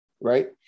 Right